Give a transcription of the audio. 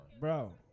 Bro